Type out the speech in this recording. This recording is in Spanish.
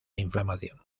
inflamación